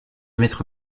mettre